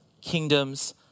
kingdoms